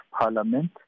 parliament